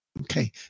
Okay